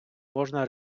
можна